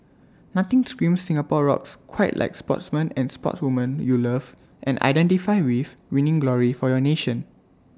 nothing screams Singapore rocks quite like sportsmen and sportswomen you love and identify with winning glory for your nation